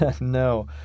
No